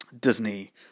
Disney